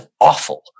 awful